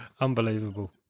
Unbelievable